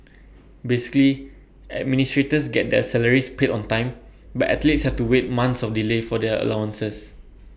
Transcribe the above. basically administrators get their salaries paid on time but athletes have to wait months of delay for their allowances